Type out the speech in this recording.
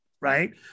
right